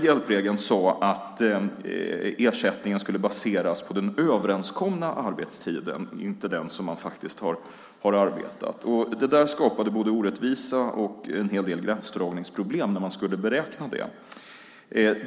Hjälpregeln sade att ersättningen skulle baseras på den överenskomna arbetstiden, inte den som man faktiskt har arbetat. Det skapade både orättvisa och en hel del gränsdragningsproblem vid beräkningen.